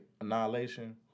Annihilation